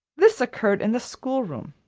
this occurred in the school-room,